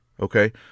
Okay